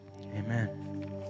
amen